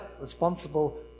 responsible